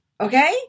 Okay